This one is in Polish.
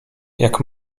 jak